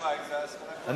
השכלה אקדמית זה השכלה גבוהה.